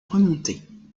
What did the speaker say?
remonter